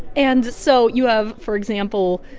and so you have, for example,